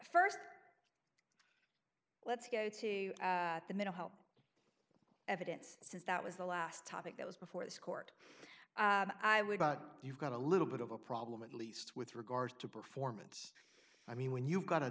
first let's go to the middle help evidence since that was the last topic that was before this court i would but you've got a little bit of a problem at least with regards to performance i mean when you've got a